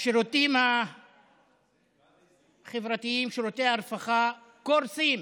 השירותים החברתיים, שירותי הרווחה, קורסים,